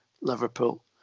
Liverpool